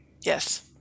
Yes